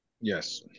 Yes